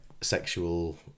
sexual